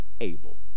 able